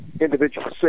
individuals